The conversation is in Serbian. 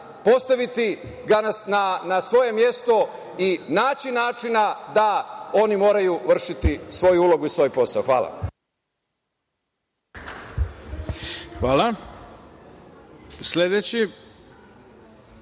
postaviti na svoje mesto i naći načina da oni moraju vršiti svoju ulogu i svoj posao. Hvala. **Ivica